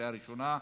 לקריאה ראשונה.